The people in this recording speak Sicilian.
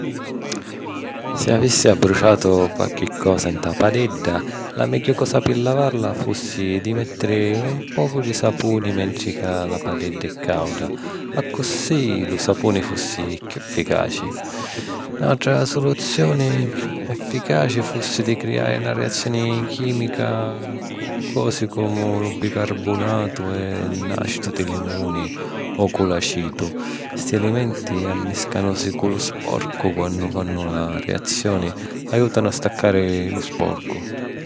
Si avissi abbruciatu qualchi cosa nta la padedda, la megghiu cosa pi lavarla fussi di mèttiri un pocu di sapuni mentri ca la padedda è càuda, accussì lu sapuni fussi chiù efficaci. N'àutra soluzioni efficaci fussi di criari na reazioni chìmica cu cosi comu lu bicarbunatu e n'àcitu di limuni o cu l'acìtu. Sti elementi, ammiscànnusi cu lu sporcu quannu fannu la reazioni, aiutanu a staccari lu sporcu.